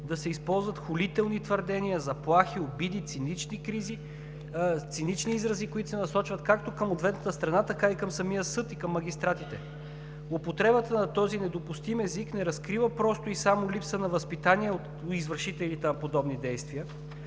да се използват хулителни твърдения, заплахи, обиди, цинични изрази, които се насочват както към ответната страна, така и към самия съд и към магистратите. Употребата на този недопустим език не разкрива просто и само липса на възпитание от извършителите на подобни действия,